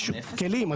יש כלים.